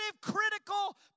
critical